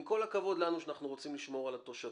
עם כל הכבוד לנו שאנחנו רוצים לשמור על התושבים,